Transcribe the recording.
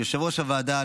יושב-ראש הוועדה,